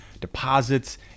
deposits